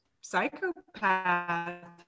psychopath